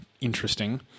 interesting